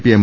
P M